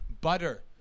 butter